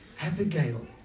Abigail